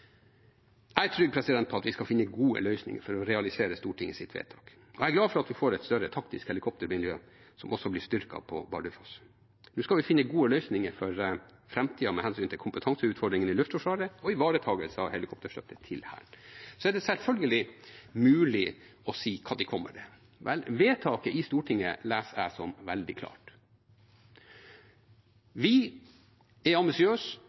Jeg er trygg på at vi skal finne gode løsninger for å realisere Stortingets vedtak. Og jeg er glad for at vi får et større taktisk helikoptermiljø, som også blir styrket på Bardufoss. Nå skal vi finne gode løsninger for framtiden med hensyn til kompetanseutfordringene i Luftforsvaret og ivaretakelse av helikopterstøtte til Hæren. Så er det selvfølgelig mulig å si hva de kommer med. Vel, vedtaket i Stortinget leser jeg som veldig klart. Vi er ambisiøse